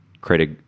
create